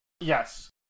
Yes